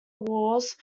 walls